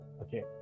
okay